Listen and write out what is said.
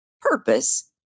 purpose